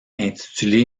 intitulé